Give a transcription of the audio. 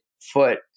foot